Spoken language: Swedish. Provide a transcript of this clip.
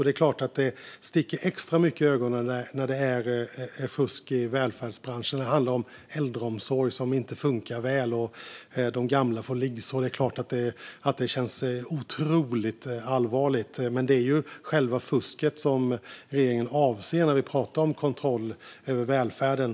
Det är klart att det sticker extra mycket i ögonen när det gäller fusk i välfärdsbranschen. När det handlar om äldreomsorg som inte fungerar väl och att de gamla får liggsår känns det otroligt allvarligt. Det är själva fusket som regeringen avser när vi pratar om kontroll över välfärden.